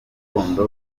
gakondo